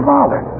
Father